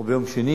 או ביום שני,